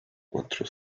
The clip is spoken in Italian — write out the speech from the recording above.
quattro